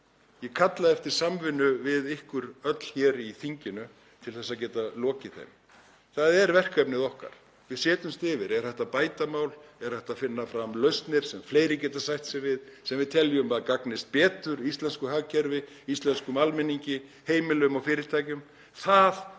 Ég kalla eftir samvinnu við ykkur öll hér í þinginu til að geta lokið þeim. Það er verkefnið okkar. Við setjumst yfir það: Er hægt að bæta mál, er hægt að finna fram lausnir sem fleiri geta sætt sig við sem við teljum að gagnist betur íslensku hagkerfi, íslenskum almenningi, heimilum og fyrirtækjum? Það